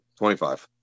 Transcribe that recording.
25